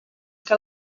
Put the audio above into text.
que